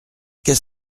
qu’est